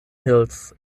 hills